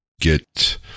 get